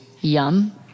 Yum